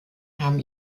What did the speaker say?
haben